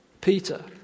Peter